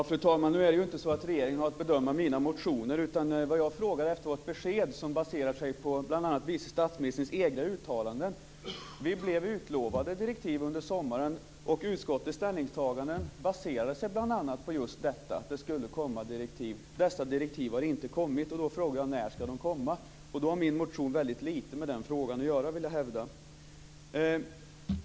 Fru talman! Nu är det ju inte så att regeringen har att bedöma mina motioner, utan vad jag frågar efter är ett besked som baserar sig på bl.a. vice statsministerns egna uttalanden. Vi blev utlovade direktiv under sommaren, och utskottets ställningstaganden baserar sig bl.a. just på detta - att det skulle komma direktiv. Dessa direktiv har inte kommit, och då frågar jag: När ska de komma? Min motion har väldigt lite med den frågan att göra, vill jag hävda.